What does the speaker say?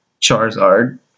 Charizard